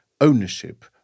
ownership